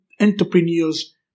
entrepreneurs